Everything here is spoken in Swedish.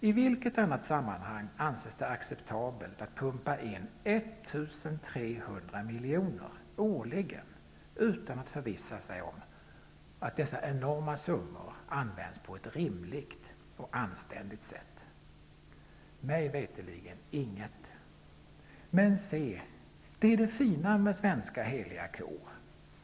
I vilket annat sammanhang anses det acceptabelt att pumpa in 1 300 miljoner årligen, utan att förvissa sig om att dessa enorma summor används på ett rimligt och anständigt sätt? Mig veterligen inget. Men se, det är det fina med svenska heliga kor.